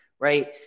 Right